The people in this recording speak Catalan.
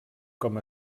com